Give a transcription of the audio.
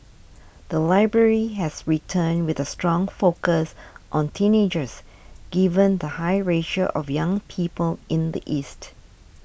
the library has returned with a strong focus on teenagers given the high ratio of young people in the east